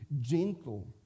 gentle